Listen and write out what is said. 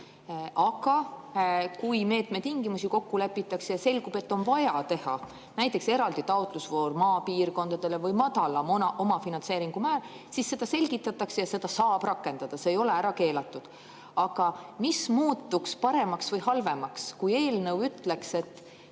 Aga kui meetme tingimusi kokku lepitakse ja selgub, et on vaja teha näiteks eraldi taotlusvoor maapiirkondadele või madalam omafinantseeringu määr, siis seda selgitatakse ja seda saab rakendada, see ei ole ära keelatud. Aga mis muutuks paremaks või halvemaks, kui eelnõu ütleks, et